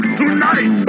tonight